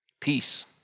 peace